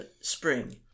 spring